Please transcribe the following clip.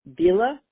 Bila